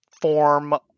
form